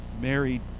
married